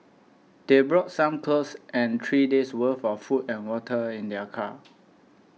they brought some clothes and three days' worth of food and water in their car